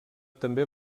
també